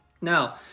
Now